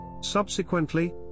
Subsequently